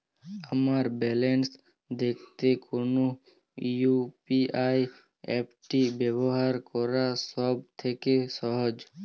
আমার ব্যালান্স দেখতে কোন ইউ.পি.আই অ্যাপটি ব্যবহার করা সব থেকে সহজ?